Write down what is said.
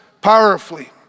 powerfully